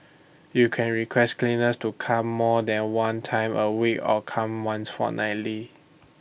you can request cleaners to come more than one time A week or come once fortnightly